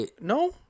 No